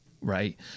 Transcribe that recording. right